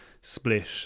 split